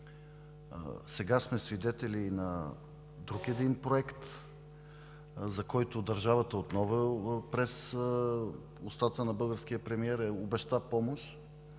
Сега сме свидетели и на друг един проект, за който държавата отново, през устата на българския премиер, обеща помощ.